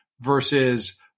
versus